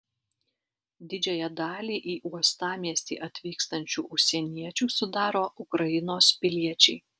didžiąją dalį į uostamiestį atvykstančių užsieniečių sudaro ukrainos piliečiai